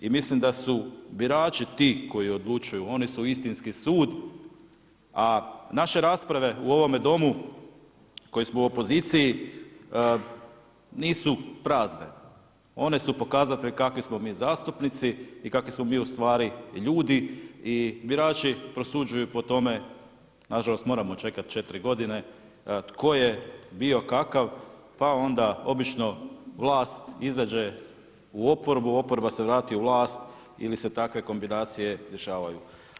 I mislim da su birači ti koji odlučuju, oni su istinski sud a naše rasprave u ovome domu koji smo u opoziciji nisu prazne, one su pokazatelj kakvi smo mi zastupnici i kakvi smo mi ustvari ljudi i birači prosuđuju po tome, nažalost moramo čekati 4 godine, tko je bio kakav, pa onda obično vlast izađe u oporbu, oporba se vrati u vlast ili se takve kombinacije dešavaju.